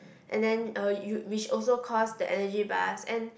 and then uh you which also cost the energy bars and